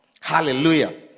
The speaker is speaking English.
Hallelujah